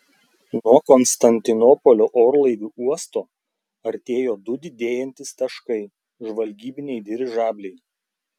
nuo konstantinopolio orlaivių uosto artėjo du didėjantys taškai žvalgybiniai dirižabliai